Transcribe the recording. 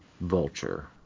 Vulture